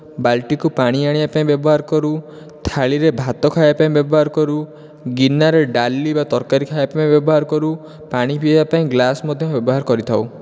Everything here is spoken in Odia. ବାଲ୍ଟିକୁ ପାଣି ଆଣିବା ପାଇଁ ବ୍ୟବହାର କରୁ ଥାଳିରେ ଭାତ ଖାଇବା ପାଇଁ ବ୍ୟବହାର କରୁ ଗିନାରେ ଡ଼ାଲି ବା ତରକାରୀ ଖାଇବା ପାଇଁ ବ୍ୟବହାର କରୁ ପାଣି ପିଇବା ପାଇଁ ଗ୍ଲାସ୍ ମଧ୍ୟ ବ୍ୟବହାର କରିଥାଉ